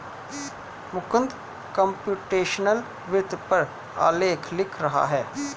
Mukund computational वित्त पर आलेख लिख रहा है